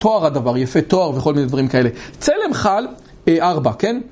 תואר הדבר, יפה תואר וכל מיני דברים כאלה. צלם חל 4, כן?